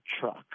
truck